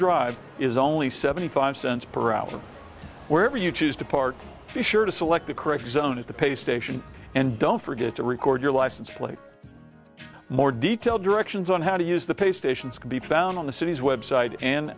drive is only seventy five cents per hour wherever you choose to park sure to select the correct zone at the pay station and don't forget to record your license plate more detailed directions on how to use the pay stations can be found on the city's website and